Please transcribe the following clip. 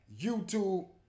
YouTube